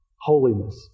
Holiness